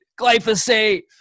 glyphosate